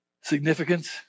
Significance